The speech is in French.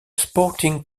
sporting